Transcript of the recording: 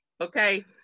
Okay